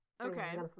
Okay